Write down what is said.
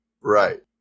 Right